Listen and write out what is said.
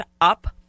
up